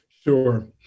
Sure